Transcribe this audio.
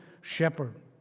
shepherd